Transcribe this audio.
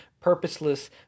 purposeless